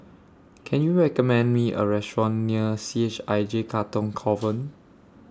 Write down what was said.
Can YOU recommend Me A Restaurant near C H I J Katong Convent